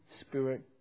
spirit